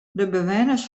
bewenners